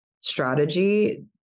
strategy